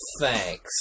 Thanks